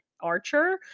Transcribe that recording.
archer